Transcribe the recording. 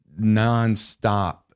nonstop